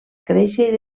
créixer